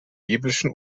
biblischen